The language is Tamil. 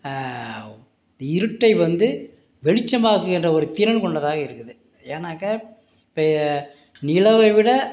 இருட்டை வந்து வெளிச்சமாக்குகின்ற ஒரு திறன் கொண்டதாக இருக்குது ஏன்னாக்க இப்போய நிலவை விட